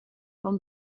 from